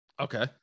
Okay